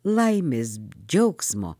laimės džiaugsmo